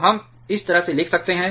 तो हम इस तरह से लिख सकते हैं